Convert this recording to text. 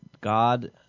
God